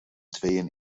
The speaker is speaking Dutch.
tweeën